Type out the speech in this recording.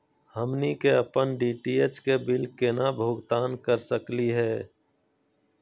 हमनी के अपन डी.टी.एच के बिल केना भुगतान कर सकली हे?